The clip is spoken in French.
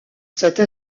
cette